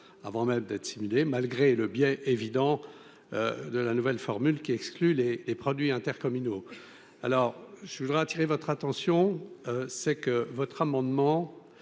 avant même d'être simulée malgré le biais évident de la nouvelle formule qui exclut les produits intercommunaux, alors je voudrais attirer votre attention, c'est que votre amendement